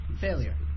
Failure